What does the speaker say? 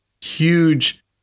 huge